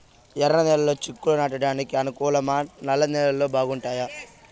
ఎర్రనేలలు చిక్కుళ్లు నాటడానికి అనుకూలమా నల్ల నేలలు బాగుంటాయా